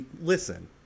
listen